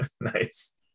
Nice